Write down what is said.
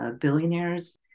billionaires